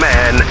Man